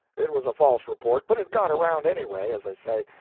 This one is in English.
it was a false report, but it got around, anyway, as i say,